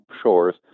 shores